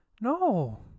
No